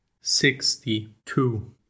sixty-two